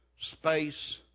space